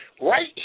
right